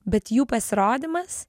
bet jų pasirodymas